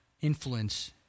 influence